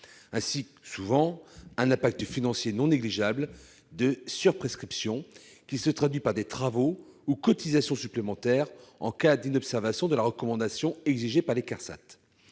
juridique, ou un impact financier souvent non négligeables des surprescriptions, qui se traduit par des travaux ou cotisations supplémentaires en cas d'inobservation de la recommandation des CARSAT.